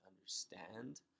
understand